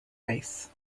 race